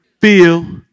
feel